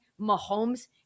Mahomes